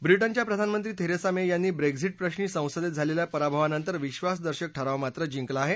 व्रिटनच्या प्रधानमंत्री Theresa May यांनी ब्रेक्झिटप्रश्री संसदेत झालेल्या पराभवानंतर विधासदर्शक ठराव मात्र जिंकला आहे